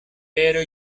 pero